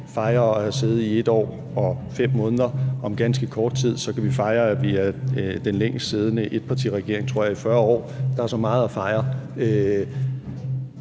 fejre at have siddet i 1 år og 5 måneder. Om ganske kort tid kan vi fejre, at vi er den længst siddende etpartiregering i 40 år, tror jeg. Der er så meget at fejre.